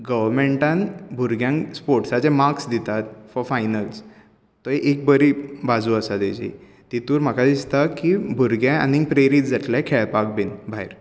गोवर्मेंटान भुरग्यांक स्पोर्टसाचे मार्क्स दितात फोर फायनल थंय एक बरी बाजू आसा तेजी तितूंत म्हाका दिसता की भुरगें आनी प्रेरित जातले खेळपाक बी भायर